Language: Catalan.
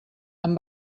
amb